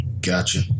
Gotcha